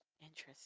Interesting